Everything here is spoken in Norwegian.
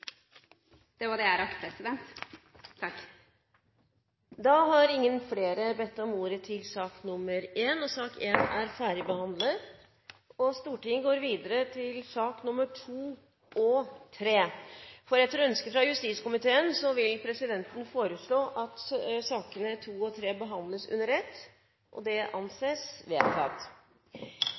det er spesialisthelsetjenesten som må ta det. Det var det jeg rakk. Flere har ikke bedt om ordet til sak nr. 1. Etter ønske fra justiskomiteen vil presidenten foreslå at sakene nr. 2 og 3 behandles under ett. – Det anses vedtatt.